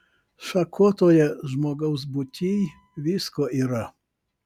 šakotoje žmogaus būtyj visko yra